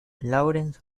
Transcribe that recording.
lawrence